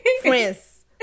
friends